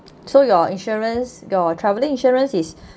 so your insurance go traveling insurance is